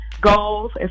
goals